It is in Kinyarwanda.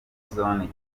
zone